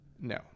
No